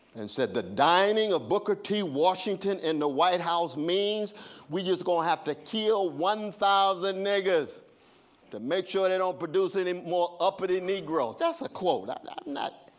and said the dining of booker t. washington in the white house means we're just going to have to kill one thousand niggers to make sure they don't produce anymore uppity negros. that's a quote, i'm not not